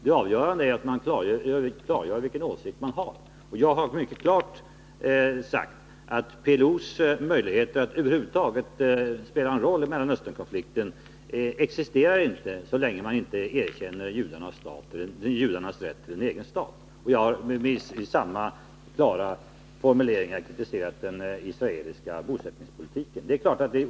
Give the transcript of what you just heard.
Det avgörande är att vi klargör vilka åsikter vi faktiskt har. Jag har klart sagt att PLO inte har några möjligheter att över huvud taget spela en konstruktiv roll i Mellanösternkonflikten så länge PLO inte erkänner judarnas rätt till en egen stat. Jag har i samma klara formuleringar kritiserat den israeliska bosättningspolitiken.